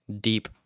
deep